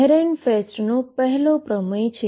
આ એહરેનફેસ્ટનો પહેલો થીયરમ છે